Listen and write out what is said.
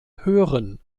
hören